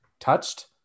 Touched